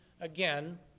again